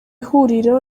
huriro